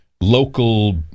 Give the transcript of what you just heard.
local